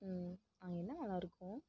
ம் அங்கே என்ன நல்லாயிருக்கும்